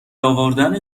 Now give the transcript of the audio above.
آوردن